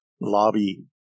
lobby